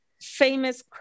famous